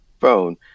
phone